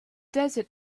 desert